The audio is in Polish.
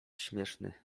śmieszny